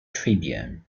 tribune